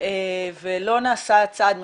ולא נעשה צעד משמעותי,